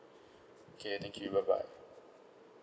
okay thank you bye bye